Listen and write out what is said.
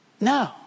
No